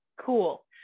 cool